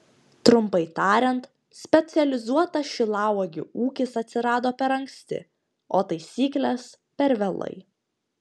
trumpai tariant specializuotas šilauogių ūkis atsirado per anksti o taisyklės per vėlai